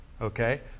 okay